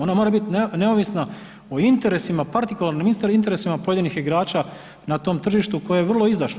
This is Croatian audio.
Ona mora biti neovisna o interesima, partikularnim interesima pojedinih igrača na tom tržištu koje je vrlo izdašno.